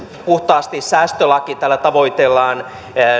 puhtaasti säästölaki tällä tavoitellaan